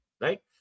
Right